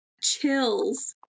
Chills